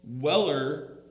Weller